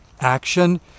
action